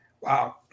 Wow